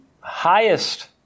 highest